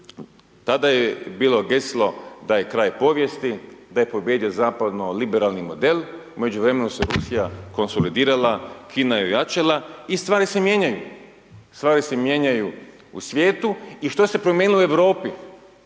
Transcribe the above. Tada je bilo geslo da je kraj povijesti, da je pobijedio zapadno liberalni model, u međuvremenu se Rusija konsolidirala, Kina je ojačala i stvari se mijenjaju, stvari se mijenjaju u svijetu, i što se promijenilo u Europi?